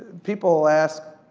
people ask,